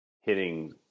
hitting